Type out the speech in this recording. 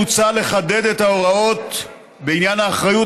מוצע לחדד את ההוראות בעניין האחריות